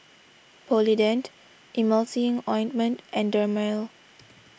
Polident Emulsying Ointment and Dermale